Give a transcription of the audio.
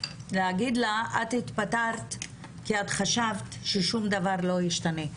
להגיד לה: את התפטרת כי את חשבת ששום דבר לא ישתנה.